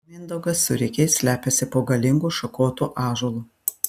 mindaugas su rikiais slepiasi po galingu šakotu ąžuolu